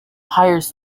hires